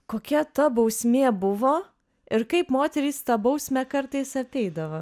kokia ta bausmė buvo ir kaip moterys tą bausmę kartais apeidavo